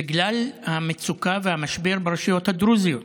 בגלל המצוקה והמשבר ברשויות הדרוזיות,